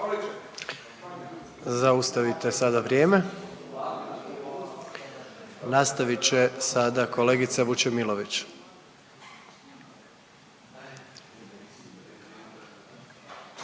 Zaustavite sada vrijeme. Nastavit će sada kolegica Vučemilović.